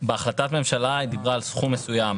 בהחלטת הממשלה היא דיברה על סכום מסוים